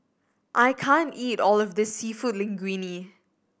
I can't eat all of this Seafood Linguine